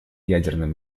ядерным